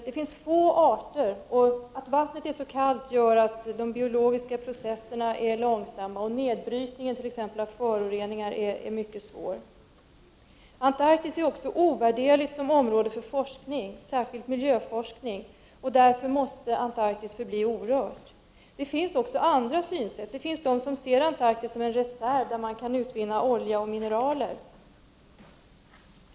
Det finns få arter och det kalla vattnet gör att de biologiska processerna är långsamma, och nedbrytningen av föroreningar är mycket svår. Antarktis är också ovärderligt som område för forskning, särskilt miljöforskning, och därför måste Antarktis förbli orört. Det finns också andra synsätt. Det finns de som ser Antarktis som en reserv där man kan utvinna olja och mineral.